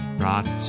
brought